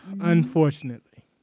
Unfortunately